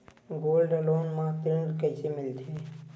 Gold loan म ऋण कइसे मिलथे?